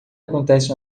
acontece